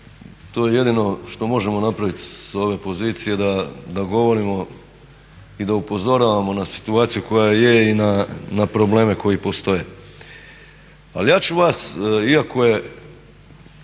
To je jedino što možemo napraviti s ove pozicije da govorimo i da upozoravamo na situaciju koja je i na probleme koji postoje. Ali ja ću vas, iako je